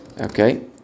Okay